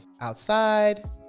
outside